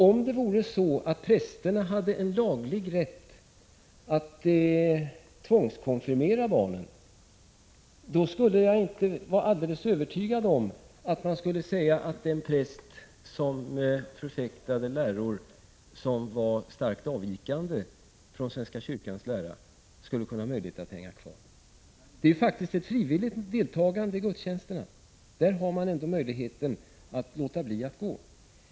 Om präster hade en laglig rätt att tvångskonfirmera barn, skulle jag inte vara alldeles övertygad om att man skulle säga att präster som förfäktar läror som är starkt avvikande från svenska kyrkans lära skall ha möjlighet att vara kvar. Det är faktiskt frivilligt deltagande i gudstjänsterna. På dem har man ju möjlighet att låta bli att gå.